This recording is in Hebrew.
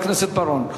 חבר הכנסת בר-און,